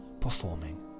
performing